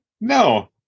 no